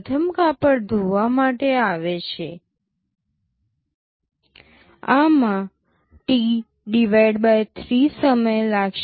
પ્રથમ કાપડ ધોવા માટે આવે છે આમાં T 3 સમય લાગશે